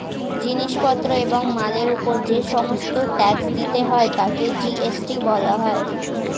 জিনিস পত্র এবং মালের উপর যে সমস্ত ট্যাক্স দিতে হয় তাকে জি.এস.টি বলা হয়